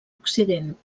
occident